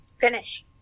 finish